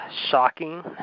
shocking